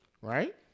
right